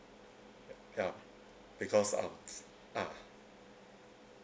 ya ya because um ah